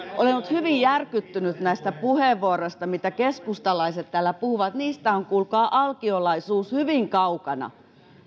hyvin järkyttynyt näistä puheenvuoroista mitä keskustalaiset täällä puhuvat niistä on kuulkaa alkiolaisuus hyvin kaukana